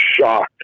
shocked